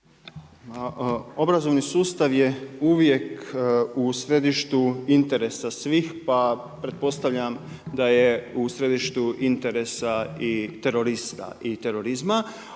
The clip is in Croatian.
Obrazovni sustav je uvijek u središtu interesa svih, pa pretpostavljam da je u središtu interesa i terorista i terorizma.